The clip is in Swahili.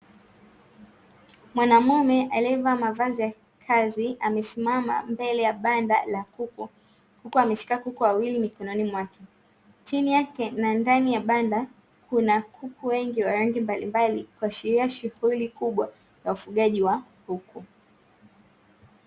Mwanamume aliyevaa mavazi ya kazi amesimama mbele ya banda la kuku ameshika kuku wawili mikononi mwake chini yake na ndani ya banda kuna kuku wengi wa rangi mbalimbali kuashiria shughuli kubwa ya ufugaji wa kuku .